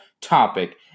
topic